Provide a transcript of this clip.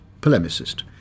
polemicist